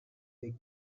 they